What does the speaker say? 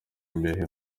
imbehe